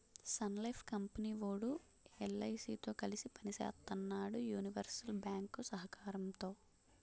Sun Life company వోడు LIC తో కలిసి పని సేత్తన్నాడు యూనివర్సల్ బ్యేంకు సహకారంతో